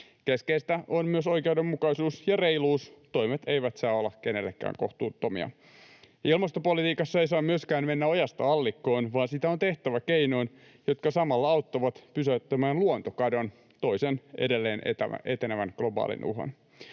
Keskeistä on myös oikeudenmukaisuus ja reiluus: toimet eivät saa olla kenellekään kohtuuttomia. Ilmastopolitiikassa ei saa myöskään mennä ojasta allikkoon, vaan sitä on tehtävä keinoin, jotka samalla auttavat pysäyttämään luontokadon, toisen edelleen etenevän globaalin uhan.